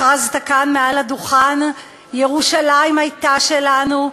הכרזת כאן מעל הדוכן: ירושלים הייתה שלנו,